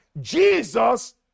Jesus